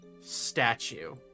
statue